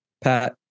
Pat